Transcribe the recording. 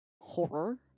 horror